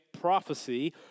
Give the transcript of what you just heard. prophecy